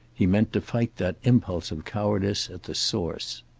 he meant to fight that impulse of cowardice at the source.